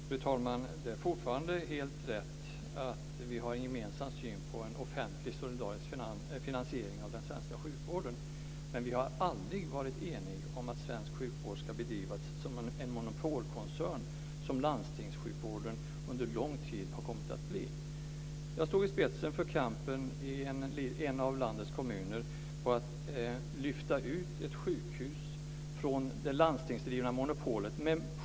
Fru talman! Det är fortfarande helt rätt att vi har en gemensam syn på en offentlig solidarisk finansiering av den svenska sjukvården. Men vi har aldrig varit eniga om att svensk sjukvård ska bedrivas som en monopolkoncern, som landstingssjukvården under lång tid har kommit att bli. Jag stod i en av landets kommuner i spetsen för kampen för att lyfta ut ett sjukhus från det landstingsdrivna monopolet.